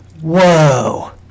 Whoa